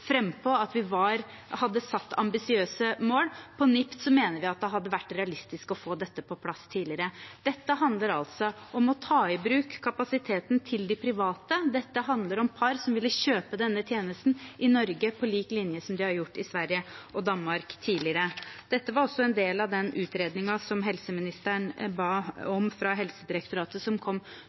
at vi hadde satt ambisiøse mål. Når det gjelder NIPT, mener vi det hadde vært realistisk å få dette på plass tidligere. Dette handler om å ta i bruk kapasiteten til de private. Dette handler om par som ville kjøpe denne tjenesten i Norge på lik linje med det de har gjort i Sverige og Danmark tidligere. Dette var også en del av den utredningen som helseministeren ba om fra Helsedirektoratet, som kom